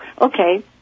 okay